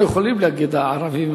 אנחנו יכולים להגיד: הערבים,